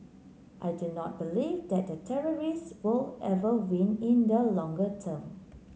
I do not believe that the terrorists will ever win in the longer term